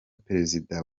perezida